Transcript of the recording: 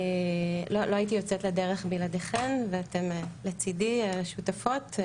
לא הייתי יוצאת לדרך בלעדיכן ואתן לצידי שותפות,